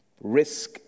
Risk